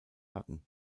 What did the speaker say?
hatten